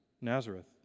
nazareth